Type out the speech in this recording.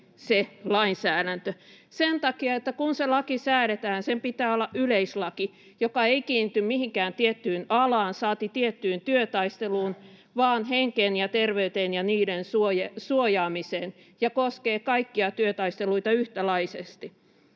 se lainsäädäntö? Sen takia, että kun se laki säädetään, sen pitää olla yleislaki, joka ei kiinnity mihinkään tiettyyn alaan saati tiettyyn työtaisteluun vaan henkeen ja terveyteen ja niiden suojaamiseen ja koskee kaikkia työtaisteluita yhtäläisesti.